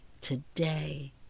Today